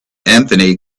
anthony